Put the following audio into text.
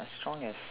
as strong as